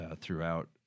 throughout –